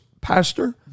pastor